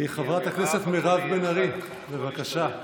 חברת הכנסת מירב בן ארי, בבקשה.